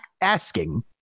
asking